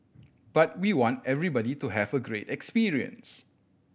but we want everybody to have a great experience